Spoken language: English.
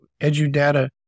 EduData